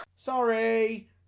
Sorry